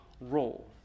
role